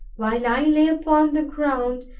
while i lay upon the ground,